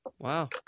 wow